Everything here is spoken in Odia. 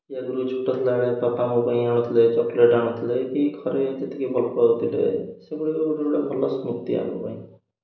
ଏଇ ଆଗରୁ ଛୋଟ ଥିଲା ବଳେ ବାପା ମୋ ପାଇଁ ଆଣୁଥିଲେ ଚକୋଲେଟ୍ ଆଣୁଥିଲେ କି ଘରେ ଯେତିକି ଭଲ ପାଉଥିଲେ ସେଗୁଡ଼ିକ ଗୋଟେ ଗୋଟେ ଭଲ ସ୍ମୃତି ଆମ ପାଇଁ